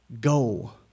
go